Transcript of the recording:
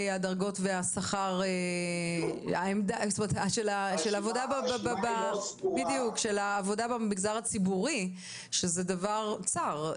הדרגות והשכר של העבודה במגזר הציבורי שזה דבר צר.